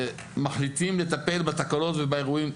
מחליטים לטפל בתקלות ובאירועים.